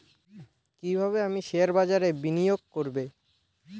কিভাবে আমি শেয়ারবাজারে বিনিয়োগ করবে?